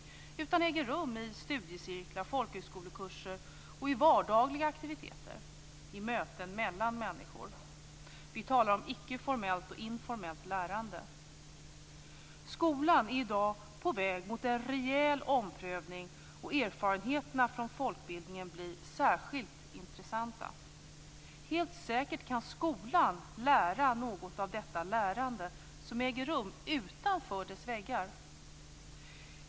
Det äger rum i studiecirklar, folkhögskolekurser och i vardagliga aktiviteter, i möten mellan människor. Vi talar om icke-formellt och informellt lärande. Skolan är i dag på väg mot en rejäl omprövning, och erfarenheterna från folkbildningen blir särskilt intressanta. Helt säkert kan skolan lära något av detta lärande som äger rum utanför dess väggar.